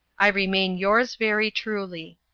i remain yours very truly.